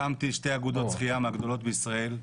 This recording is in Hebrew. הקמתי שתי אגודות שחייה מהגדולות בישראל.